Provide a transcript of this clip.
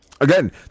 Again